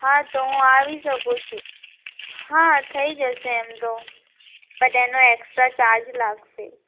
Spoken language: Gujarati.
હા તો હું આવી શકું છું હા થઈ જશે એમ તો બટ એનો એકસ્ટ્રા ચાર્જ લાગશે